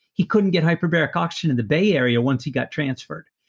he couldn't get hyperbaric oxygen in the bay area once he got transferred.